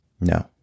No